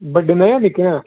बड्डे न जां निक्के न